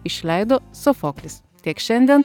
išleido sofoklis tiek šiandien